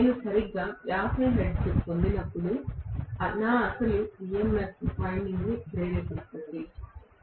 నేను సరిగ్గా 50 హెర్ట్జ్ పొందగలిగినప్పుడు నా అసలు EMF వైండింగ్ని ప్రేరేపిస్తుంది